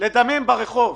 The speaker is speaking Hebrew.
לדמם ברחוב.